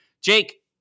Jake